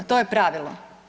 To je pravilo.